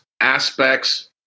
aspects